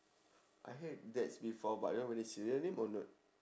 I heard that before but I don't know whether it's real name or not